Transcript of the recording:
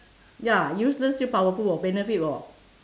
ya useless still powerful orh benefit [wor]